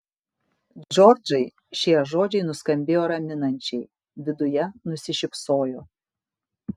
džordžai šie žodžiai nuskambėjo raminančiai viduje nusišypsojo